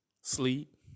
sleep